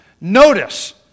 Notice